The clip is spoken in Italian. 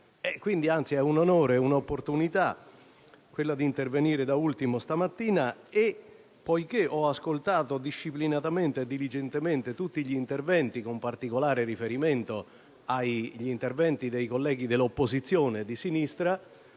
quindi un onore ed una opportunità quella di intervenire da ultimo in discussione generale stamattina e, poiché ho ascoltato disciplinatamente e diligentemente tutti gli interventi, con particolare riferimento a quelli dei colleghi dell'opposizione di sinistra,